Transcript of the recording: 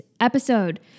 episode